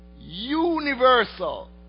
universal